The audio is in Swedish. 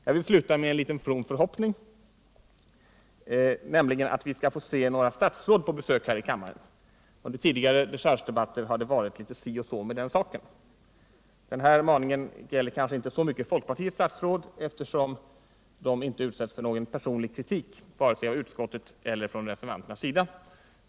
Jag vill sluta med en liten from förhoppning, nämligen att vi skall få se några statsråd på besök här i kammaren. Under tidigare dechargedebatter har det varit litet si och så med den saken. Denna maning gäller kanske inte så mycket folkpartiets statsråd, eftersom de inte utsätts för någon personlig kritik vare sig av utskottet eller av reservanterna.